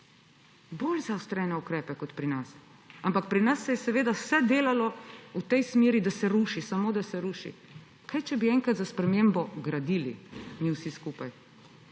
bolj zaostrene ukrepe kot pri nas. Ampak pri nas se je seveda vse delalo v smeri, da se ruši, samo da se ruši. Kaj če bi enkrat za spremembo mi vsi skupaj